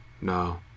No